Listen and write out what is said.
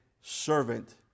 servant